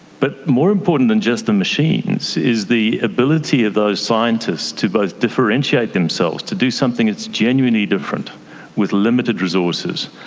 but more important than just the machines is the ability of those scientists to both differentiate themselves, to do something that is genuinely different with limited resources,